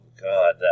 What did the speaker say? God